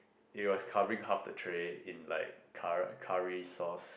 it was covering half the tray in like curr~ curry sauce